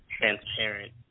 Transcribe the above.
transparent